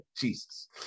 Jesus